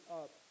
up